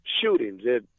shootings